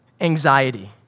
anxiety